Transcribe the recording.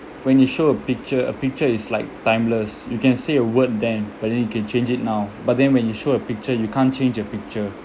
when you show a picture a picture is like timeless you can say a word then but then you can change it now but then when you show a picture you can't change a picture